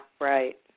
right